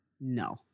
no